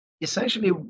essentially